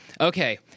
Okay